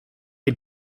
can